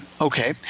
Okay